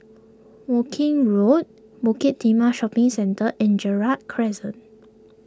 Woking Road Bukit Timah Shopping Centre and Gerald Crescent